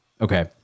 Okay